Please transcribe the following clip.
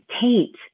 taint